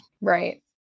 Right